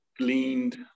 gleaned